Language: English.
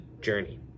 journey